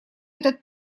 этот